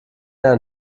ein